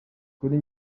kuri